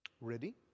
ready